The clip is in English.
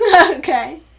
Okay